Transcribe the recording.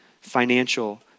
financial